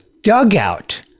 dugout